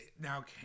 now